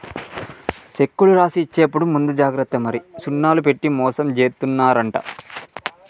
సెక్కులు రాసి ఇచ్చేప్పుడు ముందు జాగ్రత్త మరి సున్నాలు పెట్టి మోసం జేత్తున్నరంట